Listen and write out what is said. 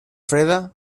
freda